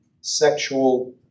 sexual